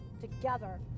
together